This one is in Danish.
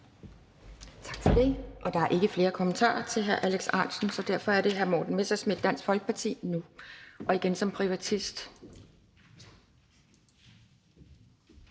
Tak for det, og der er ikke flere kommentarer til hr. Alex Ahrendtsen, så derfor er det hr. Morten Messerschmidt, Dansk Folkeparti, nu, og igen som privatist.